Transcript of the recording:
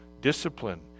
discipline